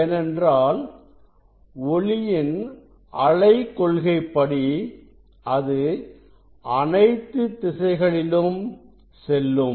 ஏனென்றால் ஒளியின் அலை கொள்கைப்படி அது அனைத்து திசைகளிலும் செல்லும்